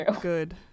good